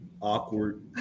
awkward